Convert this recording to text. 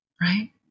right